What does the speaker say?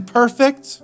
perfect